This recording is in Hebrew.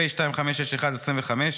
פ/2561/25,